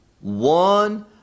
one